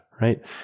right